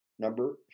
Number